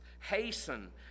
Hasten